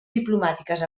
diplomàtiques